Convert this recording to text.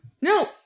No